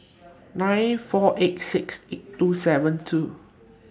nine four eight six eight two seven two